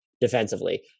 defensively